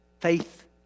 faith